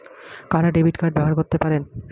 কারা debit card ব্যবহার করতে পারেন?